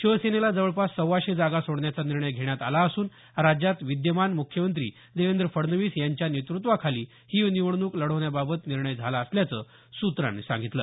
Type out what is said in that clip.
शिवसेनेला जवळपास सव्वाशे जागा सोडण्याचा निर्णय घेण्यात आला असून राज्यात विद्यमान मुख्यमंत्री देवेंद्र फडणवीस यांच्या नेतृत्वाखाली ही निवडणूक लढवण्याबाबत निर्णय झाला असल्याचं सूत्रानं सांगितलं